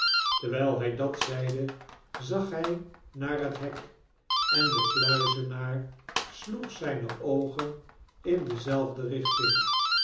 terwijl hij dat zeide zag hy naar het hek en de kiuizenaar sloeg zyne oogen in dezelfde richting